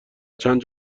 چند